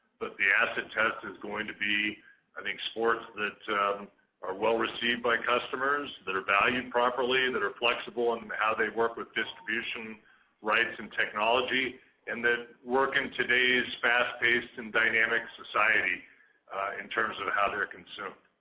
but the acid test is going to be i think sports that are well-received by customers, that are valued properly, and that are flexible in um how they work with distribution rights and technology and that work in today's fast-paced and dynamic society in terms of how they are consumed.